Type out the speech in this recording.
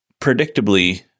predictably